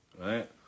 Right